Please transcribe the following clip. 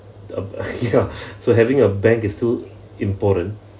ya so having a bank is still important